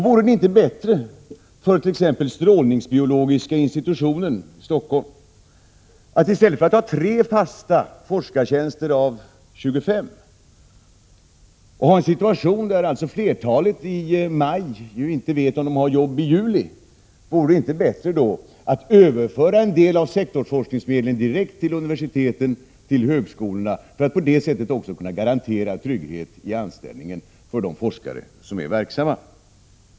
Vore det inte bättre för t.ex. strålningsbiologiska institutionen i Stockholm att i stället för att ha 3 fasta forskartjänster av 25 — alltså en situation där flertalet inte vet i maj om de har arbete i juli — överföra en del av sektorsforskningsmedlen direkt till universiteten och högskolorna för att på det sättet också kunna garantera trygghet i anställningen för de forskare som är verksamma?